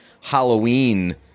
Halloween